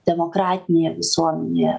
demokratinėje visuomenėje